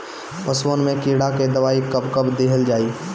पशुअन मैं कीड़ा के दवाई कब कब दिहल जाई?